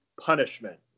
punishment